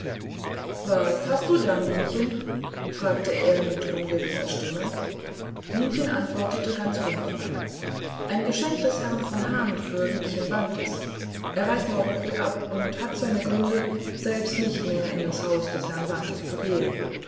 was hast du da minchen fragte er mit ungewisser stimme minchen antwortete ganz unbefangen ein geschenk des herrn von hahn für riekchen bantes er reist morgen früh ab und hat seine gründe selbst nicht mehr in das haus des herrn bantes zu gehen